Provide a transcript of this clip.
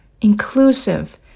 inclusive